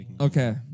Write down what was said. Okay